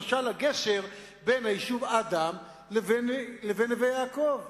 למשל הגשר בין היישוב אדם לבין נווה-יעקב,